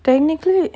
technically